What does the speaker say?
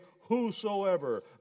whosoever